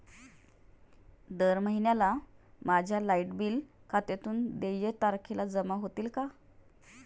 दर महिन्याला माझ्या लाइट बिल खात्यातून देय तारखेला जमा होतील का?